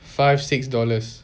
five six dollars